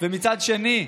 ומצד שני,